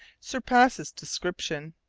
surpasses description.